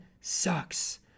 sucks